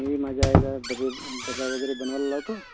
मी माझ्या आईला डबे डबा वगैरे बनवायला लावतो